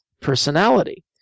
personality